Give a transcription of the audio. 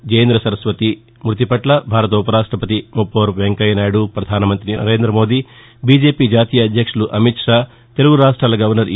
శీ జయేంద్ర సరస్వతి శంకరాచార్య మృతి పట్ల భారత ఉపరాష్టపతి ముప్పవరపు వెంకయ్య నాయుడు ప్రధాన మంత్రి నరేంద మోదీ బీజేపీ జాతీయ అధ్యక్షుడు అమిత్ షా తెలుగు రాష్టాల గవర్నర్ ఇ